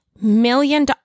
million